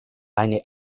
eine